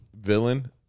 villain